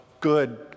good